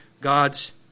God's